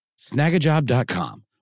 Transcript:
snagajob.com